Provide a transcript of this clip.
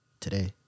today